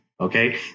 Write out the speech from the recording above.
okay